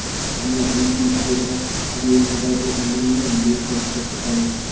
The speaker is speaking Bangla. আমরা ইউ.পি.আই অ্যাপ দিয়ে মোবাইল ও অন্যান্য বিল শোধ করতে পারি